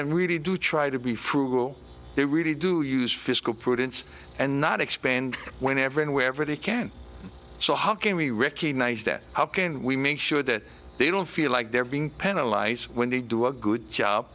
them really do try to be frugal they really do use fiscal prudence and not expand whenever and wherever they can so how can we recognize that how can we make sure that they don't feel like they're being penalize when they do a good job